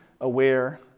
aware